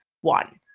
One